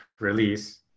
release